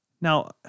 Now